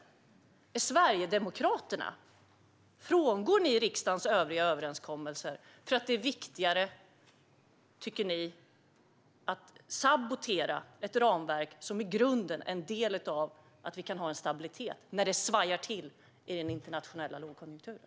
Frångår Sverigedemokraterna riksdagens övriga överenskommelser för att ni tycker att det är viktigare att sabotera ett ramverk som utgör grunden för stabiliteten när det svajar till i den internationella lågkonjunkturen?